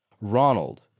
Ronald